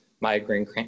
Migraine